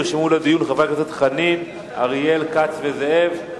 נרשמו לדיון חברי הכנסת חנין, אריאל, כץ וזאב.